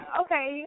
okay